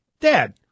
Dad